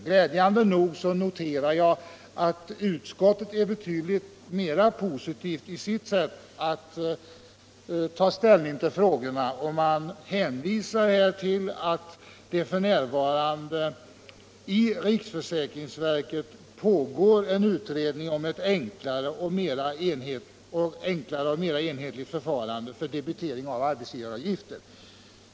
Glädjande nog noterar jag att utskottet är betydligt mer positivt i sitt sätt att ta ställning till de här frågorna, och man hänvisar till att det f. n. pågår en utredning inom riksförsäkringsverket om ett enklare och mer enhetligt förfarande för debitering av arbetsgivaravgifter.